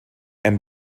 and